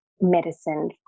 medicine